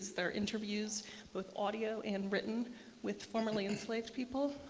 they're interviews both audio and written with formerly enslaved people.